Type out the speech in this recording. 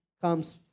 comes